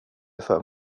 för